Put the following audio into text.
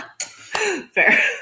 Fair